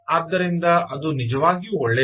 ಆದ್ದರಿಂದ ಅದು ನಿಜವಾಗಿಯೂ ಒಳ್ಳೆಯದು